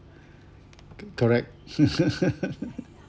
co~ correct